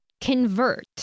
convert